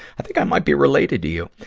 i think i might be related to you.